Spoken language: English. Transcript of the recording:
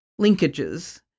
linkages